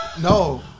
No